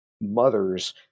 mothers